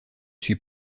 suis